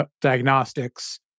diagnostics